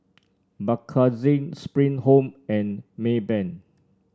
Bakerzin Spring Home and Maybank